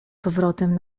powrotem